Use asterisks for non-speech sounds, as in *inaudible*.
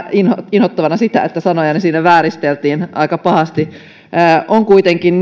inhottavana sitä että sanojani siinä vääristeltiin aika pahasti on kuitenkin *unintelligible*